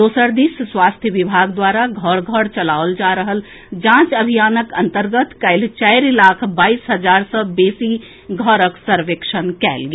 दोसर दिस स्वास्थ्य विभाग द्वारा घर घर चलाओल जा रहल जांच अभियानक अन्तर्गत काल्हि चारि लाख बाईस हजार सँ बेसी घरक सर्वेक्षण कयल गेल